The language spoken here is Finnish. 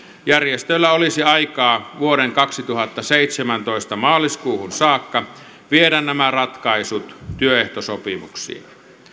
järjestöillä olisi aikaa vuoden kaksituhattaseitsemäntoista maaliskuuhun saakka viedä nämä ratkaisut työehtosopimuksiin